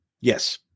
Yes